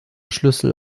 schlüssel